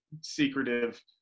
secretive